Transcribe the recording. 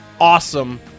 awesome